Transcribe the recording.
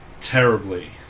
terribly